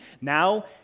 Now